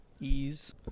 ease